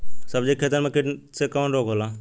सब्जी के खेतन में कीट से कवन रोग होला?